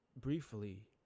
briefly